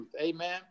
amen